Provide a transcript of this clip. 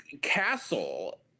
castle